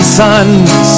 sons